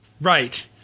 Right